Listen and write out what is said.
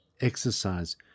exercise